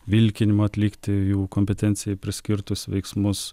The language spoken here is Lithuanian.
vilkinimo atlikti jų kompetencijai priskirtus veiksmus